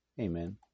Amen